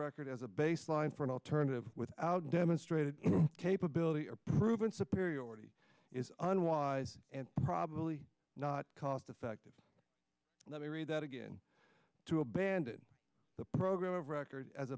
record as a baseline for an alternative without demonstrated capability or proven sapir year already is unwise and probably not cost effective let me read that again to abandon the program of record as